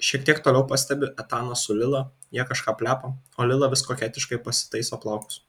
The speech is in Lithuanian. šiek tiek toliau pastebiu etaną su lila jie kažką plepa o lila vis koketiškai pasitaiso plaukus